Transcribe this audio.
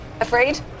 Afraid